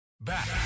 Back